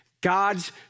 God's